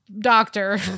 doctor